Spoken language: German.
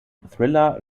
thriller